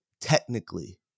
technically